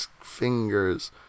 fingers